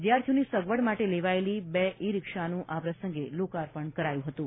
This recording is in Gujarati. વિદ્યાર્થીઓની સગવડ માટે લેવાયેલી બે ઇ રીક્ષાનું આ પ્રસંગે લોકાર્પણ કરાયું હતું